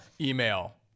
email